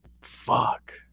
Fuck